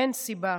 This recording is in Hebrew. אין סיבה